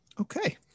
Okay